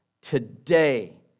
Today